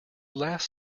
last